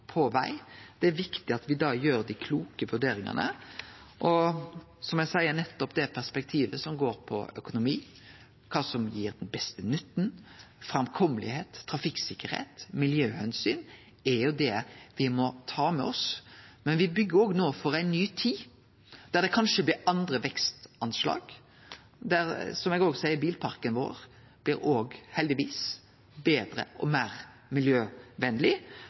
på veg. Det er viktig at me da gjer dei kloke vurderingane. Som eg seier, er nettopp det perspektivet som går på økonomi, kva som gir den beste nytten, framkome, trafikksikkerheit og miljøomsyn, det me må ta med oss. Me byggjer nå for ei ny tid, der det kanskje blir andre vekstanslag, der – som eg òg seier – bilparken vår heldigvis blir betre og meir miljøvenleg,